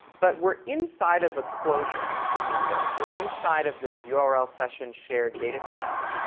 but we're inside of a closure, remember. we're inside of this yeah ah url session shared data task,